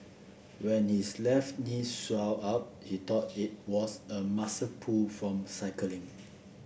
when his left knee swelled up he thought it was a muscle pull from cycling